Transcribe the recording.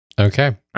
Okay